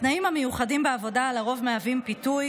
התנאים המיוחדים בעבודה על פי רוב מהווים פיתוי